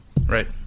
Right